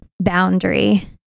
boundary